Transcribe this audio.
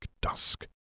dusk